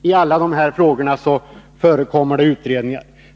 I alla dessa frågor förekommer det utredningar.